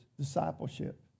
discipleship